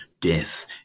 death